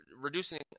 reducing